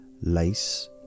Lace